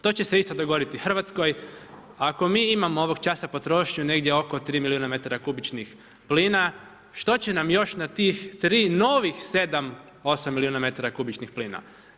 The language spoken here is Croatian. To će se isto dogoditi Hrvatskoj, ako mi imamo ovog časa potrošnju negdje oko 3 milijuna metara kubičnih plina, što će nam još na tih 3 novih 7, 8 milijuna metara kubičnih plina.